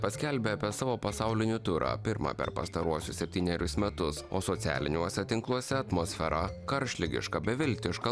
paskelbė apie savo pasaulinį turą pirmą per pastaruosius septynerius metus o socialiniuose tinkluose atmosfera karštligiška beviltiška